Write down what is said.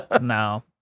No